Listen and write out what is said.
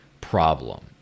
problem